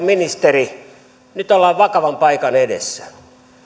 ministeri nyt ollaan vakavan paikan edessä